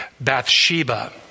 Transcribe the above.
Bathsheba